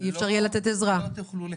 לא תוכלו לקבל.